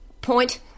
point